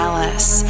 Alice